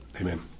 Amen